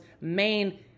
main